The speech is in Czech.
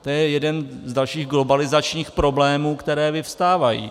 To je jeden z dalších globalizačních problémů, které vyvstávají.